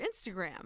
Instagram